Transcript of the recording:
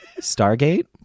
stargate